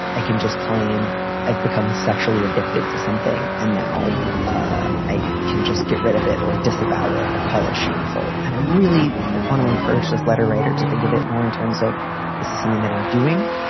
i can just claim i've become sexually addicted to something and now ah i can just get rid of it or disavow it or call it shameful. and i really want to encourage this letter writer to think of it more in terms of this is something that i'm doing.